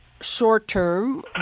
Short-term